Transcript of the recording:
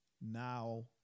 now